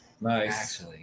Nice